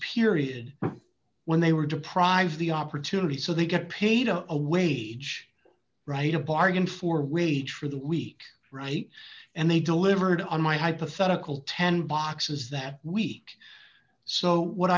period when they were deprived the opportunity so they get paid a wage write a bargain for wage for the week right and they delivered on my hypothetical ten boxes that week so what